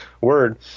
word